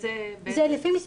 יש לי את